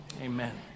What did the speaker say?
Amen